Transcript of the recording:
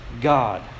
God